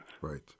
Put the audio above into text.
Right